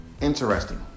interesting